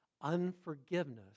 Unforgiveness